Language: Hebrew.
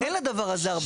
אין לדבר הזה הרבה זכות.